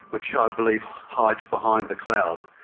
which i believe hides behind the cloud.